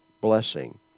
blessing